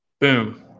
boom